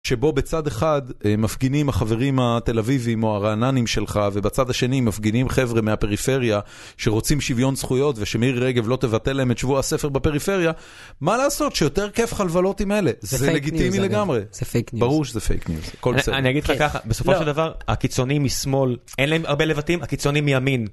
שבו בצד אחד מפגינים החברים התל אביבים או הרעננים שלך ובצד השני מפגינים חבר'ה מהפריפריה שרוצים שוויון זכויות ושמירי רגב לא תבטל להם את שבוע הספר בפריפריה. מה לעשות שיותר כיף לך לבלות עם אלה? זה לגיטימי לגמרי. זה פייק ניוז. ברור שזה פייק ניוז. אני אגיד לך ככה, בסופו של דבר, הקיצוניים משמאל אין להם הרבה לבטים, הקיצוניים מימין.